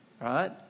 right